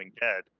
dead